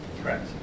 Correct